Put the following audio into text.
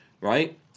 right